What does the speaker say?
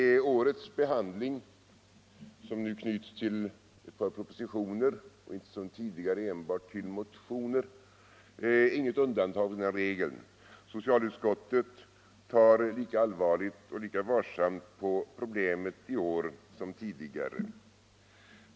Årets utskottsbehandling som nu knyts till propositioner, inte som tidigare enbart till motioner, är inget undantag från den regeln. Socialutskottet tar lika allvarligt och lika varsamt på problemet i år som tidigare.